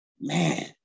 man